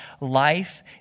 life